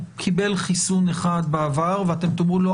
הוא קיבל חיסון אחד בעבר ואתם תאמרו לו: